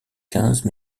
quinze